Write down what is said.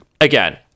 again